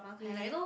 really